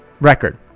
record